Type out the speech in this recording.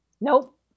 Nope